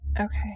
Okay